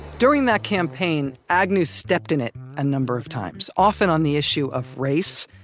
during that campaign, agnew stepped in it a number of times. often on the issue of race.